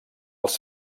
els